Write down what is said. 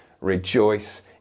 rejoice